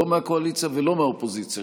לא מהקואליציה ולא מהאופוזיציה,